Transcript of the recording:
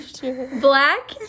black